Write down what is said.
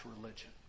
religion